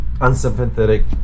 unsympathetic